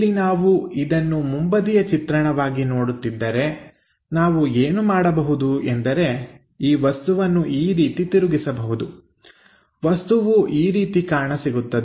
ಇಲ್ಲಿ ನಾವು ಇದನ್ನು ಮುಂಬದಿಯ ಚಿತ್ರಣವಾಗಿ ನೋಡುತ್ತಿದ್ದರೆ ನಾವು ಏನು ಮಾಡಬಹುದು ಎಂದರೆ ಈ ವಸ್ತುವನ್ನು ಈ ರೀತಿ ತಿರುಗಿಸಬಹುದು ವಸ್ತುವು ಈ ರೀತಿ ಕಾಣಸಿಗುತ್ತದೆ